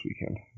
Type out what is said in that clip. weekend